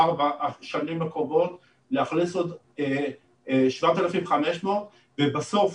ארבע השנים הקרובות לאכלס עוד 7,500 ובסוף,